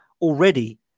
already